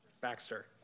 Baxter